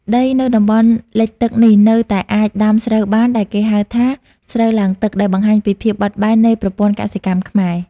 ដីនៅតំបន់លិចទឹកនេះនៅតែអាចដាំស្រូវបាន ដែលគេហៅថា ស្រូវឡើងទឹក ដែលបង្ហាញពីភាពបត់បែននៃប្រព័ន្ធកសិកម្មខ្មែរ។